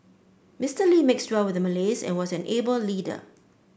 Mister Lee mixed well with the Malays and was an able leader